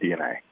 DNA